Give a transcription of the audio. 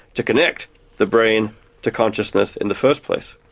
to connect the brain to consciousness in the first place.